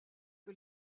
que